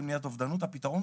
מנהל מרכז בריאות הנפש גהה,